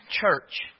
church